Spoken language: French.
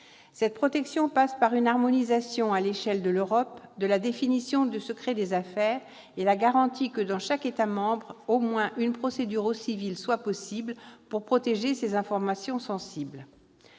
Cette protection passe par une harmonisation, à l'échelle de l'Europe, de la définition des secrets des affaires et la garantie qu'existe, dans chaque État membre, au moins une procédure au civil permettant de protéger ces informations sensibles.